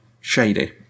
shady